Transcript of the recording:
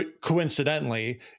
Coincidentally